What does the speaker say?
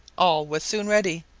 all was soon ready,